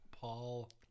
Paul